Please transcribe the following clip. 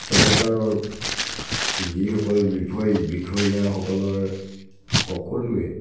চৰকাৰৰ যিসকল বিষয় বিষয়াসকলৰ সকলোৱে